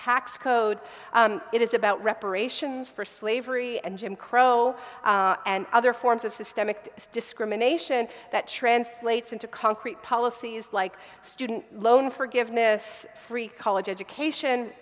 tax code it is about reparations for slavery and jim crow and other forms of systemic to discrimination that translates into concrete policies like student loan forgiveness free college education